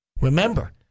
Remember